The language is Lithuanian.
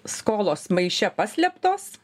skolos maiše paslėptos